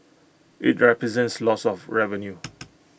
IT represents loss of revenue